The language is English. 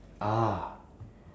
ah